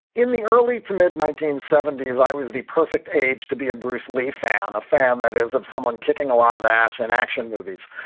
in the early to mid nineteen seventy s, i was the perfect age to be a bruce lee found a fan that is of someone kicking a lot of ass and action movies.